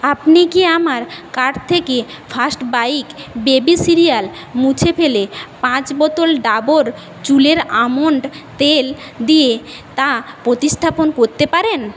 আপনি কি আমার কার্ট থেকে ফার্স্ট বাইট বেবি সিরিয়াল মুছে ফেলে পাঁচ বোতল ডাবর চুলের আমন্ড তেল দিয়ে তা প্রতিস্থাপন করতে পারেন